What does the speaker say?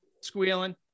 squealing